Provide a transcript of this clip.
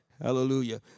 Hallelujah